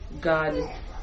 God